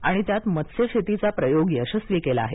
आणि त्यात मत्स्यशेतीचा प्रयोग यशस्वी केला आहे